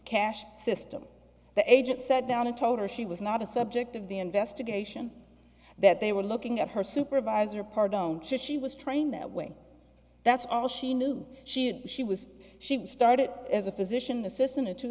cash system the agent said down and told her she was not a subject of the investigation that they were looking at her supervisor part i'm sure she was trained that way that's all she knew she she was she started as a physician assistant in two